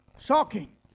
Shocking